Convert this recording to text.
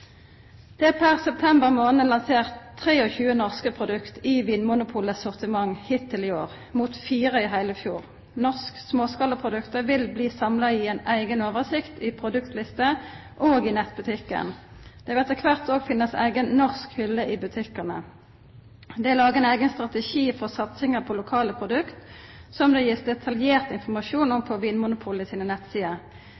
Det er per september måned lansert 23 norske produkter i Vinmonopolets sortiment hittil i år, mot fire i hele fjor. Norske småskalaprodukter vil bli samlet i en egen oversikt i produktlister og i nettbutikken. Det vil etter hvert også finnes en egen «norsk» hylle i butikkene. Det er laget en egen strategi for satsingen på lokale produkter som det gis detaljert informasjon om